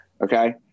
okay